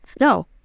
no